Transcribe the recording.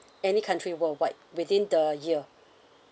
any country world wide within the year